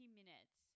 minutes